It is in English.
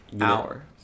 hour